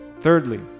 Thirdly